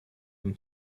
him